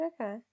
okay